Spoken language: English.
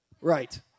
Right